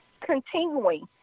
continuing